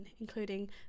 including